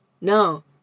no